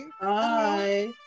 Bye